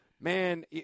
man